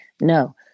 No